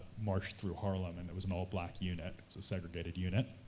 marched through harlem, and it was an all-black unit, so a segregated unit,